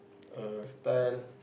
a style